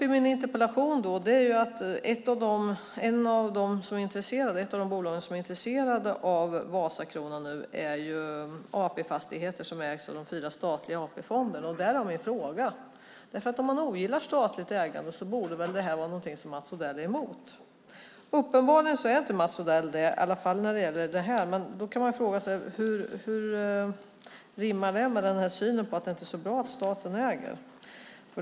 I min interpellation tar jag upp att ett av de bolag som är intresserade av Vasakronan är AP Fastigheter som ägs av de fyra statliga AP-fonderna. Därav min fråga. Om man ogillar statligt ägande borde det här väl vara något som Mats Odell är emot. Uppenbarligen är inte Mats Odell det - i alla fall när det gäller det här. Hur rimmar det med synen på att det inte är så bra att staten äger?